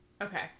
Okay